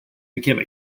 became